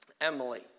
Emily